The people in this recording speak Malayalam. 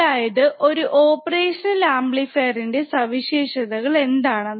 അതായത് ഒരു ഓപ്പറേഷണൽ ആംപ്ലിഫയർ ഇൻറെ സവിശേഷതകൾ എന്താണെന്ന്